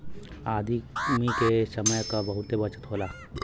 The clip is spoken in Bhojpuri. आदमी के समय क बहुते बचत होला